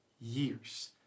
years